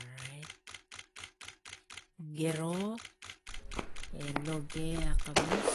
Orait, giro e loge akamus.